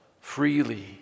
freely